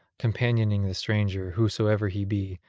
companioning the stranger, whosoever he be,